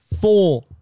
Four